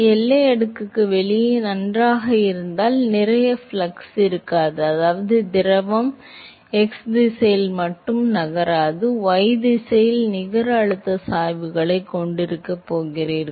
எல்லை அடுக்குக்கு வெளியே நன்றாக இருந்தால் உங்களிடம் நிறை ஃப்ளக்ஸ் இருக்காது அதாவது திரவம் இல்லை x திசையில் மட்டும் நகராது நீங்கள் y திசையில் நிகர அழுத்த சாய்வுகளைக் கொண்டிருக்கப் போகிறீர்கள்